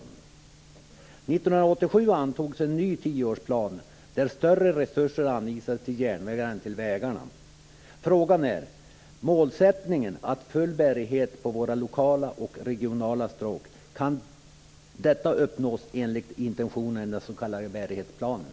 År 1987 antogs en ny tioårsplan där större resurser anvisades till järnvägarna än till vägarna. Frågan är: Kan målsättningen full bärighet på våra lokala och regionala stråk uppnås enligt intentionerna i den s.k. bärighetsplanen?